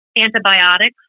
antibiotics